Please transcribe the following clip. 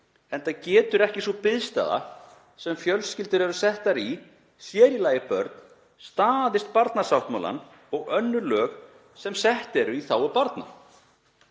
enda getur ekki sú biðstaða sem fjölskyldur eru settar í, sér í lagi börn, staðist barnasáttmálann og önnur lög sem sett eru í þágu barna.